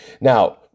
Now